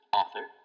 author